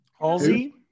Halsey